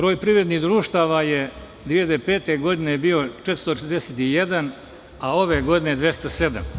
Broj privrednih društava je 2005. godine bio 441, a ove godine 207.